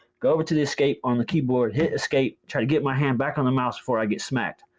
go over to the escape on the keyboard, hit escape, try to get my hand back on the mouse before i get smacked.